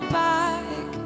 back